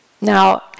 Now